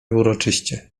uroczyście